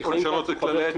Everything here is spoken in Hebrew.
אני לא חושב שזה רלבנטי.